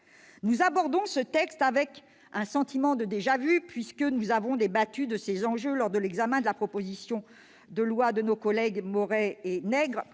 Nous abordons le texte avec un sentiment de déjà-vu, puisque nous avons débattu de ces enjeux lors de l'examen de la proposition de loi de notre collègue Hervé Maurey